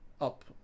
up